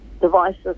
devices